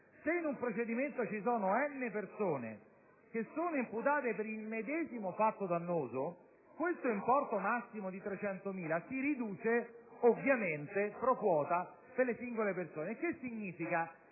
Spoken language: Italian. Se in un procedimento ci sono «n» persone imputate per il medesimo fatto dannoso, questo importo massimo di 300.000 euro, ovviamente, si riduce *pro quota* per le singole persone. Ciò significa